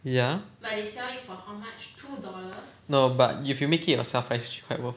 ya no but you make it yourself right it's it's quite worth